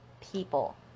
people